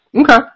Okay